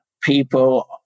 people